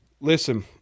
Listen